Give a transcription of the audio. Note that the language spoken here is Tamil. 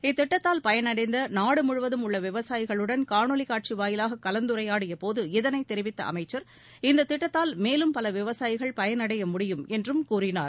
இத்திட்டத்தால் பயனடைந்த நாடு முழுவதும் உள்ள விவசாயிகளுடன் காணொலி காட்சி வாயிலாக கலந்துரையாடிய போது இதனைத் தெரிவித்த அமைச்ச் இத்திட்டத்தால் மேலும் பல விவசாயிகள் பயனடைய முடியும் என்றும் கூறினார்